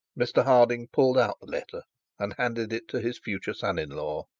mr harding pulled out the letter and handed it to his future son-in-law.